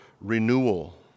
renewal